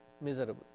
miserable